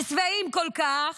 ושבעים כל כך,